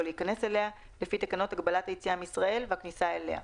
להיכנס אליה לפי תקנות הגבלת היציאה מישראל והכניסה אליה".